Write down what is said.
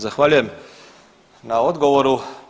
Zahvaljujem na odgovoru.